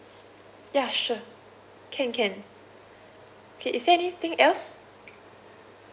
ya sure can can K is there anything else